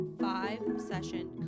five-session